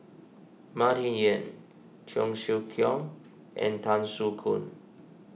Martin Yan Cheong Siew Keong and Tan Soo Khoon